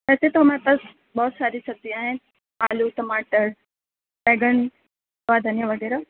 ویسے تو ہمارے پاس بہت ساری سبزیاں ہیں آلو ٹماٹر بیگن اور دھنیا وغیرہ